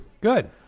Good